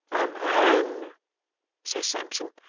a man says sampson,